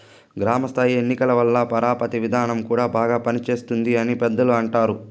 గ్రామ స్థాయి ఎన్నికల వల్ల పరపతి విధానం కూడా బాగా పనిచేస్తుంది అని పెద్దలు అంటారు